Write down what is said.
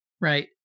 right